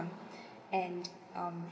and um